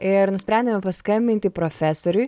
ir nusprendėme paskambinti profesoriui